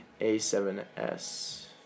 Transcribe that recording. A7S